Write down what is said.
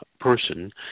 person